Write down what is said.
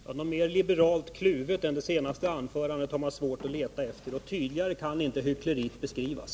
Herr talman! Något mer liberalt kluvet än det senaste anförandet har man svårt att finna. Tydligare kan hyckleriet inte beskrivas.